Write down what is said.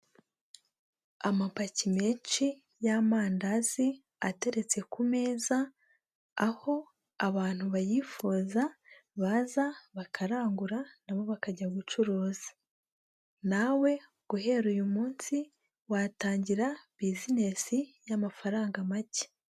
Amapaki menshi y'amandazi ateretse ku meza aho abantu bayifuza baza bakarangura nabo bakajya gucuruza, nawe guhera uyu munsi watangira bizinesi y'amafaranga make.